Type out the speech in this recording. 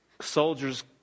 soldiers